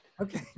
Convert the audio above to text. Okay